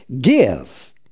give